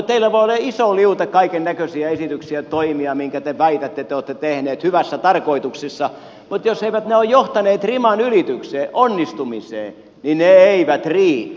teillä voi olla iso liuta kaikennäköisiä esityksiä ja toimia mitkä te väitätte että te olette tehneet hyvässä tarkoituksessa mutta jos eivät ne ole johtaneet riman ylitykseen onnistumiseen niin ne eivät riitä